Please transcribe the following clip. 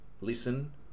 listen